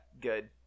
good